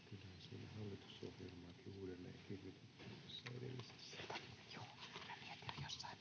Kiitos.